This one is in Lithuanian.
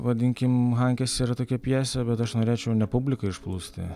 vadinkim hankės yra tokia pjesė bet aš norėčiau ne publiką išplūsti